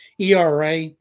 ERA